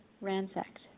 ransacked